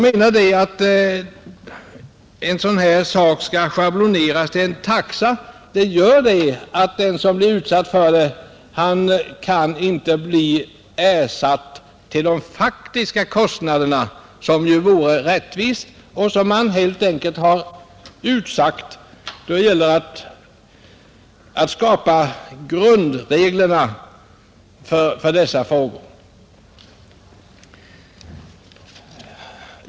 Med en schablonmässig taxa kan inte ersättningen utgå för de faktiska kostnaderna, vilket vore rättvist och såsom har sagts när det gällt att utforma grundreglerna för dessa frågor.